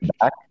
back